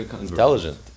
intelligent